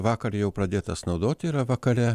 vakar jau pradėtas naudot yra vakare